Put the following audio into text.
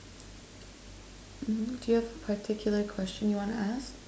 mm do you have a particular question you wanna ask